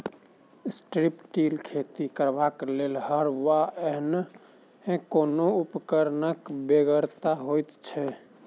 strip till खेती करबाक लेल हर वा एहने कोनो उपकरणक बेगरता होइत छै